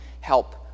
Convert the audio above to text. help